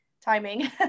timing